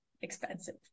expensive